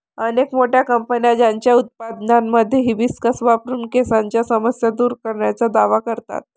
अनेक मोठ्या कंपन्या त्यांच्या उत्पादनांमध्ये हिबिस्कस वापरून केसांच्या समस्या दूर करण्याचा दावा करतात